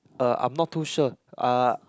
uh I'm not too sure uh